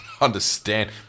understand